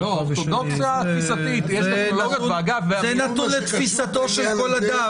וזו הערה שלא קשורה פה לדיון